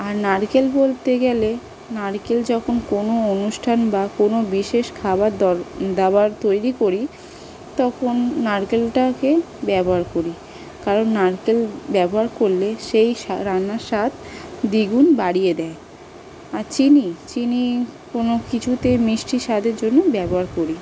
আর নারকেল বলতে গেলে নারকেল যখন কোনো অনুষ্ঠান বা কোনো বিশেষ খাবার দর দাবার তৈরি করি তখন নারকেলটাকে ব্যবহার করি কারণ নারকেল ব্যবহার করলে সেই স্বা রান্নার স্বাদ দ্বিগুণ বাড়িয়ে দেয় আর চিনি চিনি কোনো কিছুতে মিষ্টি স্বাদের জন্য ব্যবহার করি